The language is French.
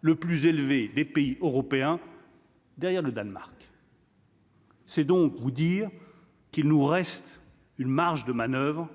le plus élevé des pays européens. Derrière le Danemark. C'est donc vous dire qu'il nous reste une marge de manoeuvre